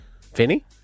Finny